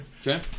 Okay